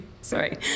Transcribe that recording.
sorry